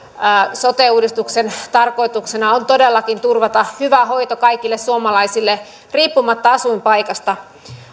sote uudistuksen tarkoituksena on todellakin turvata hyvä hoito kaikille suomalaisille riippumatta asuinpaikasta